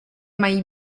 mají